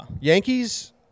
yankees